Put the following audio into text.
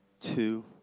two